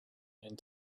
and